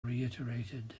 reiterated